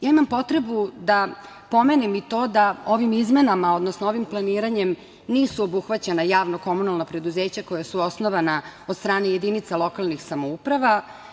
Ja imam potrebu da pomenem i to da ovim izmenama, odnosno ovim planiranjem nisu obuhvaćena javna komunalna preduzeća koja su osnovna od strane jedinice lokalnih samouprava.